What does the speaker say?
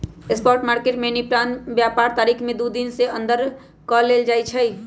spot market में निपटान व्यापार तारीख से दू दिन के अंदर कऽ लेल जाइ छइ